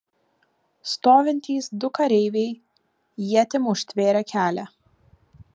stovintys du kareiviai ietim užtvėrė kelią